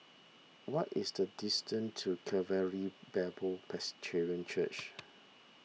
what is the distance to Calvary Bible Presbyterian Church